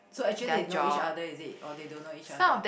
so actually they know each other is it or they don't know each other